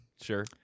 Sure